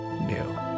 new